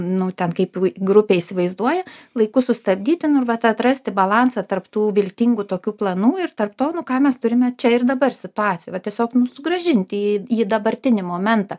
nu ten kaip grupė įsivaizduoja laiku sustabdyti nu ir vat atrasti balansą tarp tų viltingų tokių planų ir tarp to nu ką mes turime čia ir dabar situacijų vat tiesiog sugrąžinti į į dabartinį momentą